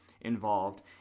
involved